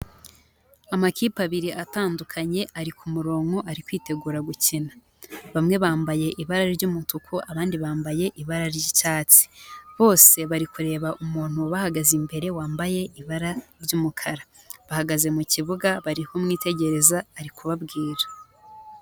Amakipe abiri atandukanye ari ku murongo ari kwitegura gukina, bamwe bambaye ibara ry'umutuku abandi bambaye ibara ry'icyatsi, bose bari kureba umuntu ubahagaze imbere wambaye ibara ry'umukara, bahagaze mu kibuga bari kumwitegereza ari kubabwira.